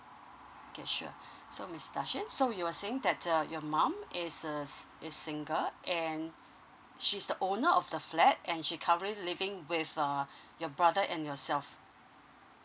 okay sure so miss darshini so you were saying that your mom is a is single and she's the owner of the flat and she currently living with uh your brother and yourself